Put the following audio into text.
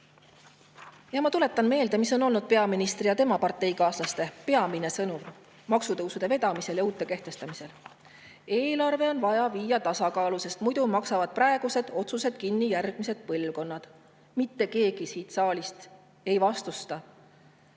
Ma tuletan meelde, mis on olnud peaministri ja tema parteikaaslaste peamine sõnum maksutõusude vedamisel ja uute [maksude] kehtestamisel: eelarve on vaja viia tasakaalu, sest muidu maksavad järgmised põlvkonnad kinni praegused otsused. Mitte keegi siit saalist ei vastusta